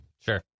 Sure